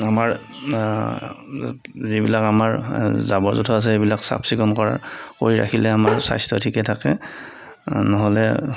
আমাৰ যিবিলাক আমাৰ জাবৰ জোথৰ আছে সেইবিলাক চাফ চিকুণ কৰা কৰি ৰাখিলে আমাৰ স্ৱাস্থ্য ঠিকে থাকে নহ'লে